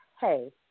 hey